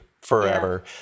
forever